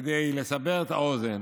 כדי לסבר את האוזן,